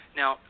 now